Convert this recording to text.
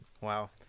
Wow